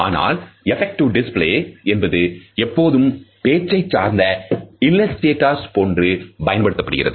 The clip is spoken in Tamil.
ஆனால் எப்பக்டிவ் டிஸ்ப்ளேஸ் என்பது எப்போதும் பேச்சை சார்ந்த இல்லஸ்டேட்டஸ் போன்று பயன்படுத்தப்படுகிறது